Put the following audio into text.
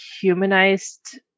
humanized